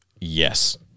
Yes